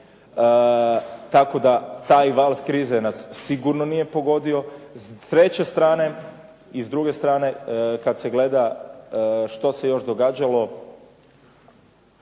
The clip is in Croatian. tako da taj val krize nas sigurno nije pogodio. S treće strane i s druge strane, kad se gleda što se još događalo.